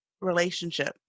relationship